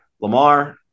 Lamar